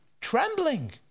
trembling